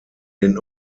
den